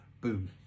Boom